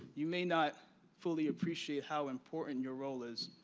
you may not fully appreciate how important your role is.